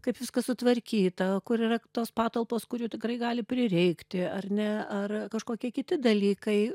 kaip viskas sutvarkyta kur yra tos patalpos kurių tikrai gali prireikti ar ne ar kažkokie kiti dalykai